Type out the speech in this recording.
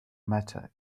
matter